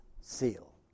seal